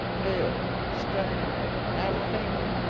pale, staggering, half-fainting,